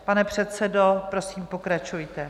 Pane předsedo, prosím pokračujte.